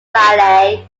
valley